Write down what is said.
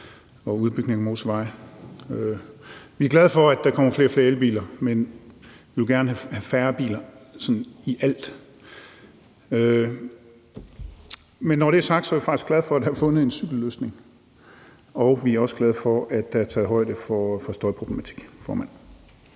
og udbygning af motorveje. Vi er glade for, at der kommer flere og flere elbiler, men vi vil gerne have færre biler, sådan i alt. Men når det er sagt, er vi faktisk glade for, at der er fundet en cykelløsning, og vi er også glade for, at der er taget højde for støjproblematikken.